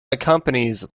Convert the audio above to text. accompanies